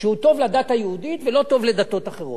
שהוא טוב לדת היהודית ולא טוב לדתות אחרות.